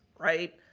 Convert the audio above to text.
right,